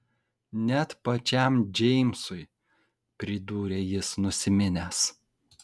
net pačiam džeimsui pridūrė jis nusiminęs